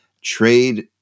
trade